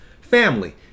family